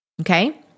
okay